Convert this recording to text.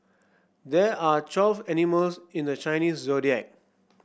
there are twelve animals in the Chinese Zodiac